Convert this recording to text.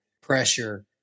pressure